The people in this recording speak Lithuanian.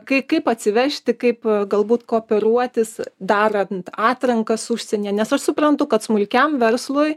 kai kaip atsivežti kaip a galbūt kooperuotis darant atrankas užsienyje nes aš suprantu kad smulkiam verslui